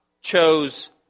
chose